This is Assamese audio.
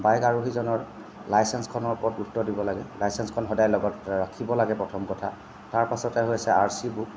বাইক আৰোহীজনৰ লাইচেন্সখনৰ ওপৰত গুৰুত্ব দিব লাগে লাইচেন্সখন সদায় লগত ৰাখিব লাগে প্ৰথম কথা তাৰপাছতে হৈছে আৰ চি বুক